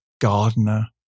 gardener